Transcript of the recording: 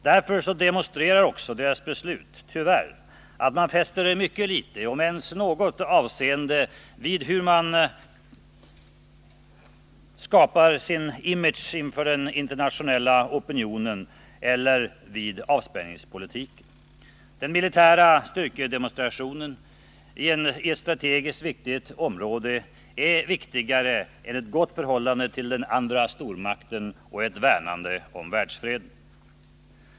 Därför demonstrerar också deras beslut att man tyvärr fäster mycket litet om ens något avseende vid hur man skapar sin image inför den internationella opinionen eller vid avspänningspolitiken. Den militära styrkedemonstrationen i ett strategiskt viktigt område är viktigare än ett gott förhållande till den andra stormakten och värnandet om världsfreden.